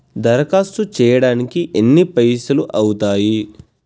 దరఖాస్తు చేయడానికి ఎన్ని పైసలు అవుతయీ?